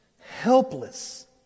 Helpless